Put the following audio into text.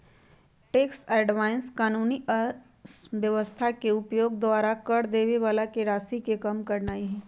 tax avoidance कानूनी व्यवस्था के उपयोग द्वारा कर देबे बला के राशि के कम करनाइ हइ